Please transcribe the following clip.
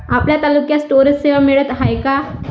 आपल्या तालुक्यात स्टोरेज सेवा मिळत हाये का?